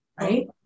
right